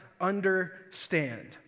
understand